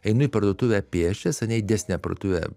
einu į parduotuvę pėsčias ane į didesnę parduotuvę